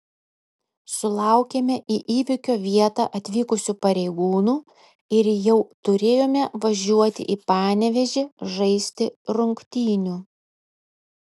sulaukėme į įvykio vietą atvykusių pareigūnų ir jau turėjome važiuoti į panevėžį žaisti rungtynių